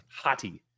hottie